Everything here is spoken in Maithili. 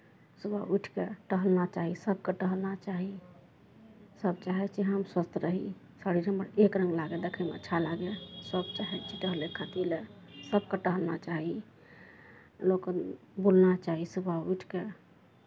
सुबह उठि कऽ टहलना चाही सभकेँ टहलना चाही सभ चाहै छै हम स्वस्थ रही शरीर हमर एक रङ्ग लागए देखैमे अच्छा लागए सभ चाहै छै टहलै खातिर सभकेँ टहलना चाही लोककेँ बुलना चाही सुबह उठि कऽ